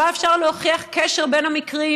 לא היה אפשר להוכיח קשר בין המקרים,